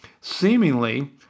Seemingly